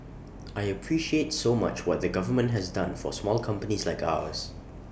I appreciate so much what the government has done for small companies like ours